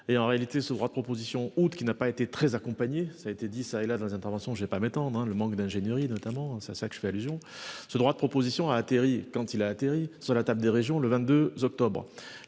et en réalité, ce droit de propositions août qui n'a pas été très accompagné ça a été dit ça et là dans les interventions, je vais pas m'étendre hein le manque d'ingénierie notamment ça ça que je fais allusion, ce droit de propositions a atterri, quand il a atterri sur la table des régions le 22 octobre,